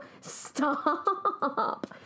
stop